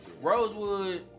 Rosewood